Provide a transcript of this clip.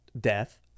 death